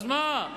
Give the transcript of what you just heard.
אז מה?